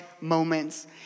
moments